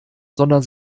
sondern